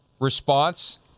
response